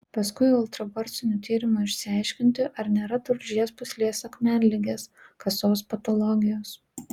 paskui ultragarsiniu tyrimu išsiaiškinti ar nėra tulžies pūslės akmenligės kasos patologijos